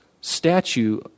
statue